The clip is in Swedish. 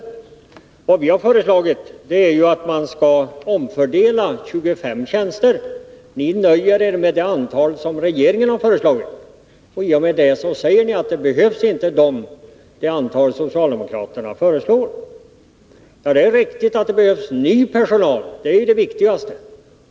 Vad vi föreslagit är att man skall omfördela 25 tjänster. Ni nöjer er med det antal som regeringen har föreslagit, och i och med det säger ni att de tjänster som socialdemokraterna föreslår inte behövs. Det är riktigt att det behövs ny personal — det är det viktigaste.